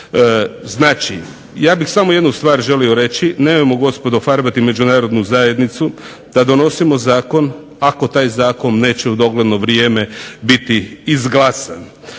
Znači, ja bih samo jednu stvar želio reći, nemojmo gospodo farbati međunarodnu zajednicu da donosimo zakon ako taj zakon neće u dogledno vrijeme biti izglasan.